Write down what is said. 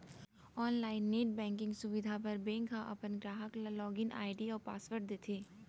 online net banking सुबिधा बर bank ह अपन गराहक ल लॉगिन आईडी अउ पासवर्ड देथे